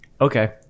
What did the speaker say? Okay